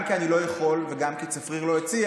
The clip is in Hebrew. גם כי אני לא יכול וגם כי צפריר לא הציע,